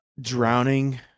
Drowning